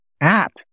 App